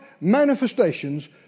manifestations